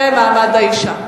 ומעמד האשה.